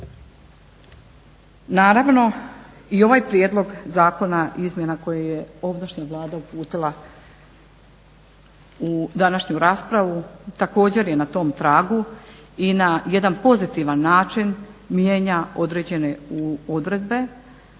Naravno i ovaj prijedlog zakona izmjena koje je ovdašnja Vlada uputila u današnju raspravu također je na tom tragu i na jedan pozitivan način mijenja određene odredbe